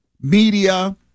media